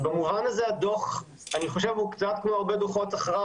במובן הזה הדוח הוא קצת כמו הרבה דוחות אחריו,